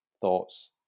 thoughts